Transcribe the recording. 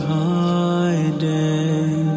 hiding